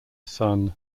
son